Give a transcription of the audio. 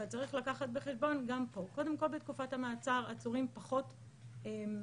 אבל צריך לקחת בחשבון גם פה: קודם כל בתקופת המעצר עצורים פחות פנויים,